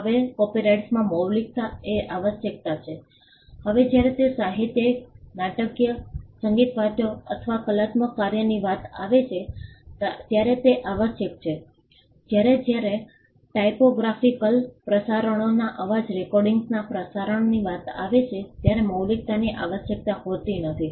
હવે કોપિરાઇટમાં મૌલિકતા એ આવશ્યકતા છે હવે જ્યારે તે સાહિત્યિક નાટકીય સંગીતવાદ્યો અથવા કલાત્મક કાર્યની વાત આવે છે ત્યારે તે આવશ્યક છે જ્યારે જ્યારે ટાઇપોગ્રાફિકલ પ્રસારણોના અવાજ રેકોર્ડિંગ્સના પ્રસારણની વાત આવે છે ત્યારે મૌલિકતાની આવશ્યકતા હોતી નથી